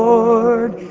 Lord